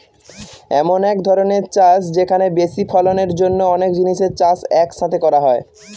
এমন এক ধরনের চাষ যেখানে বেশি ফলনের জন্য অনেক জিনিসের চাষ এক সাথে করা হয়